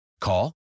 Call